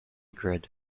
grid